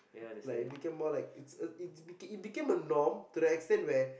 like it became more like it's it became a norm to the extent where